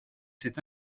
cet